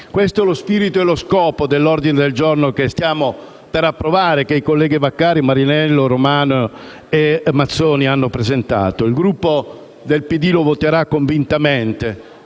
Questo è lo spirito e lo scopo dell'ordine del giorno G3, che stiamo per approvare e che i colleghi Vaccari, Marinello, Lucio Romano e Mazzoni hanno presentato. Il Gruppo del PD lo voterà convintamente,